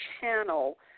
channel